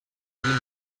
dienen